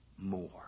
More